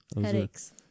Headaches